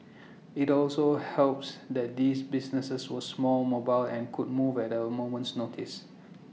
IT also helps that these businesses were small mobile and could move at A moment's notice